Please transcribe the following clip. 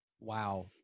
Wow